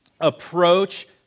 approach